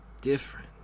different